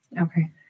Okay